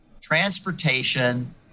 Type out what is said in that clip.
transportation